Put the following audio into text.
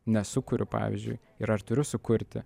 nesukuriu pavyzdžiui ir ar turiu sukurti